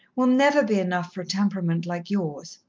will never be enough for a temperament like yours.